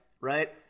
right